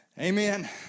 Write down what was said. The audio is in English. Amen